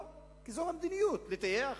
לא, זאת המדיניות, לטייח,